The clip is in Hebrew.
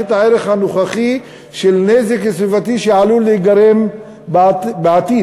את הערך הנוכחי של נזק סביבתי שעלול להיגרם בעתיד,